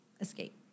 escape